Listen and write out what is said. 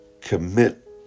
commit